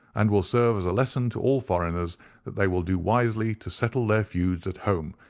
and will serve as a lesson to all foreigners that they will do wisely to settle their feuds at home,